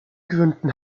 gründen